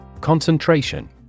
Concentration